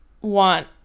want